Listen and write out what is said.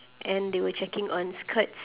and they were checking on skirts